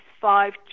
five